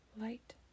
light